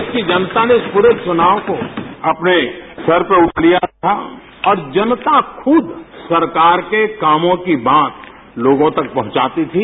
देश की जनता ने इस प्ररे चुनाव को अपने सिर पर उठा लिया था और जनता खुद सरकार के कामों की बात लोगों तक पहुंचाती थी